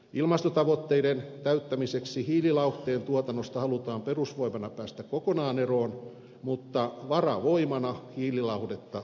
ilmastotavoitteiden täyttämiseksi hiililauhteen tuotannosta halutaan perusvoimana päästä kokonaan eroon mutta varavoimana hiililauhdetta tarvitaan edelleen